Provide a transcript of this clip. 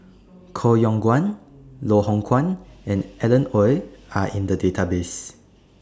Koh Yong Guan Loh Hoong Kwan and Alan Oei Are in The Database